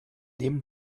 neben